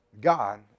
God